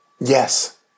Yes